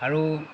আৰু